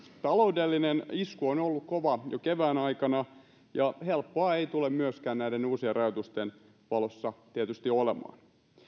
taloudellinen isku on ollut kova jo kevään aikana ja helppoa ei tietenkään tule myöskään näiden uusien rajoitusten valossa olemaan